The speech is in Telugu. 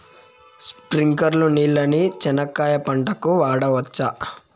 స్ప్రింక్లర్లు నీళ్ళని చెనక్కాయ పంట కు వాడవచ్చా?